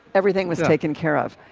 everything was taken care of.